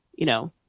you know,